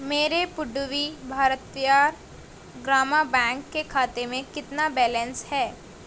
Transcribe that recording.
میرے پڈووی بھارتیار گرامہ بینک کے کھاتے میں کتنا بیلنس ہے